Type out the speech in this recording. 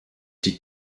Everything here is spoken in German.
die